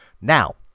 Now